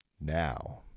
now